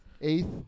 eighth